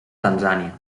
tanzània